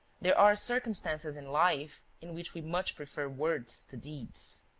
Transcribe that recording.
there are circumstances in life in which we much prefer words to deeds.